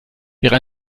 wäre